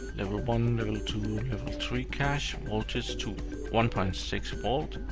level one, level two, level three cache. voltage to one point six volt.